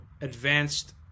advanced